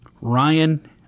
Ryan